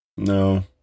No